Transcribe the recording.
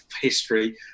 history